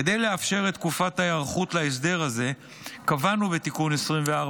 כדי לאפשר את תקופת ההיערכות להסדר הזה קבענו בתיקון 24